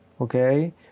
Okay